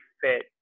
Fit